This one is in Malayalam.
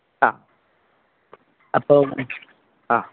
ആ അപ്പം ആ